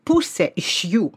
pusė iš jų